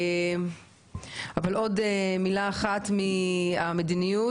עוד מילה אחת על המדיניות,